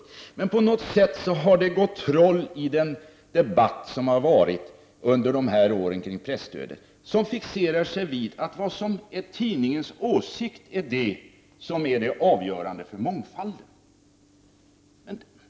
Det har på något sätt gått troll i debatten om presstödet under de här åren, där man fixerar sig vid att det som är tidningens åsikt är avgörande för mångfalden.